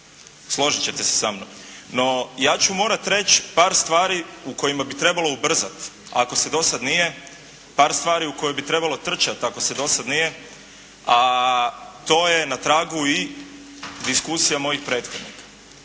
Složiti ćete se samnom. No, ja ću morat reć' par stvari u kojima bi trebalo ubrzat, ako se dosad nije, par stvari u koje bi trebalo trčat ako se dosad nije, a to je na tragu i diskusija mojih prethodnika.